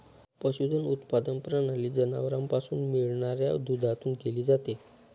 पशुधन उत्पादन प्रणाली जनावरांपासून मिळणाऱ्या दुधातून केली जाते